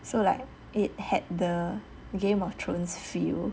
so like it had the game of thrones feel